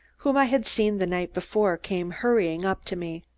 whom i had seen the night before, came hurrying up to me.